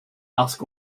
ask